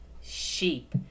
sheep